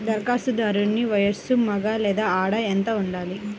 ధరఖాస్తుదారుని వయస్సు మగ లేదా ఆడ ఎంత ఉండాలి?